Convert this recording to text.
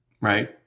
right